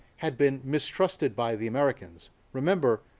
had been mistrusted by the americans. remember,